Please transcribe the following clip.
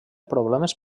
problemes